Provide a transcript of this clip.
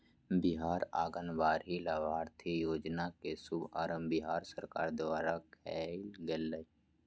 बिहार आंगनबाड़ी लाभार्थी योजना के शुभारम्भ बिहार सरकार द्वारा कइल गेलय